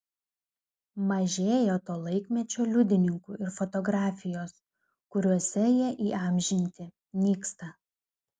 mažėja to laikmečio liudininkų ir fotografijos kuriuose jie įamžinti nyksta